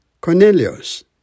Cornelius